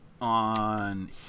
on